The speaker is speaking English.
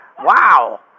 Wow